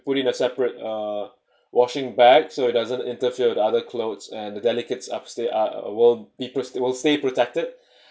put in a separate uh washing back so it doesn't interfere with other clothes and the delicate up stay are uh would will stay protected